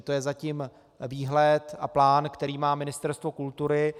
To je zatím výhled a plán, který má Ministerstvo kultury.